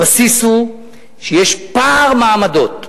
הבסיס הוא שיש פער מעמדות.